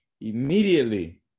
immediately